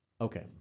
okay